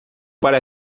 para